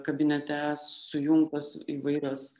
kabinete sujungtos įvairios